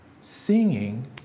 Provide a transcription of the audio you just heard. singing